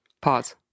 Pause